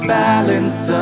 balance